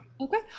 Okay